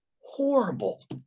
horrible